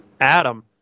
Adam